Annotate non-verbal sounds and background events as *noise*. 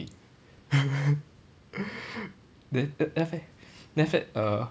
*laughs* then then after that then after that err